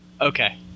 Okay